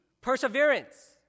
perseverance